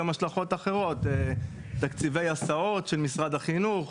גם השלכות אחרות: תקציבי הסעות של משרד החינוך,